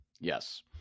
Yes